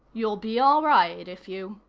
you'll be all right if you